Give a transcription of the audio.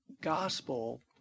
gospel